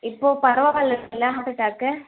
இப்போ பரவா இல்லையில ஹார்ட் அட்டேக்கு